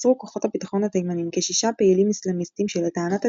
עצרו כוחות הביטחון התימנים כשישה פעילים אסלאמיסטים שלטענת התימנים,